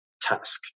task